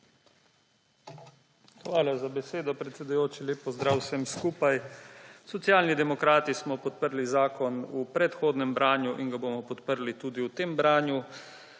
Hvala za besedo, predsedujoči. Lep pozdrav vsem skupaj! Socialni demokrati smo podprli zakon v predhodnem branju in ga bomo podprli tudi v tem branju.